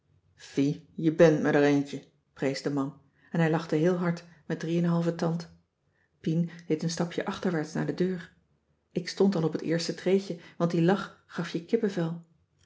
fie je bent me d'r eentje prees de man en hij lachte heel hard met drie en een halven tand pien deed een stapje achterwaarts naar de deur ik stond al op t eerste treedje want die lach gaf je kippevel